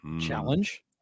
challenge